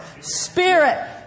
Spirit